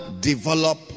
develop